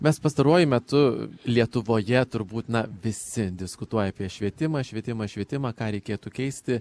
mes pastaruoju metu lietuvoje turbūt na visi diskutuoja apie švietimą švietimą švietimą ką reikėtų keisti